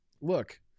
look